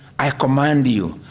i command you,